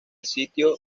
sitio